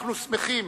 אנחנו שמחים